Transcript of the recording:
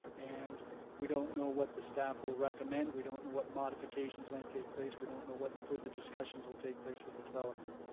and we don't know what the staff will recommend. we don't know what modifications might take place. we don't know what further discussions will take place with the developer.